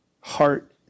heart